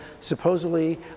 supposedly